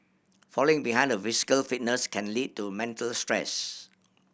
falling behind in physical fitness can lead to mental stress